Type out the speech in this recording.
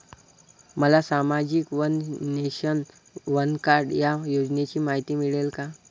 मला सामाजिक one nation, one card या योजनेची माहिती मिळेल का?